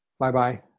Bye-bye